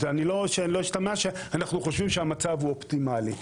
שאני לא אשתמע שאנחנו חושבים שהמצב הוא אופטימלי.